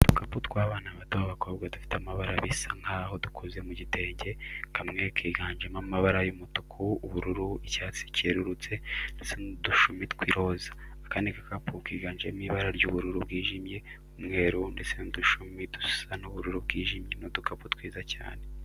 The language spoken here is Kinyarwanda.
Udukapu tw'abana bato b'abakobwa dufite amabara bisa nk'aho dukoze mu gitenge; kamwe kiganjemo amabara y'umutuku, ubururu, icyatsi cyerurutse ndetse n'udushumi tw'iroza. Akandi gakapu kiganjemo ibara ry'ubururu bwijimye, umweru ndetse n'udushumi dusa n'ubururu bwijimye. Ni udukapu twiza cyane.